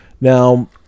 Now